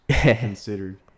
considered